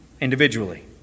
individually